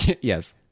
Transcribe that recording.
Yes